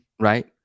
right